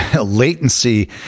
latency